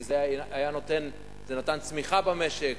כי זה נתן צמיחה במשק,